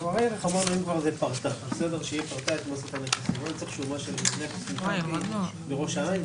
מה אני צריך שומה של נכס מקרקעין בראש העין?